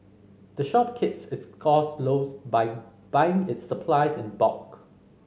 the shop keeps its cost lows by buying its supplies in bulk